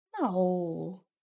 No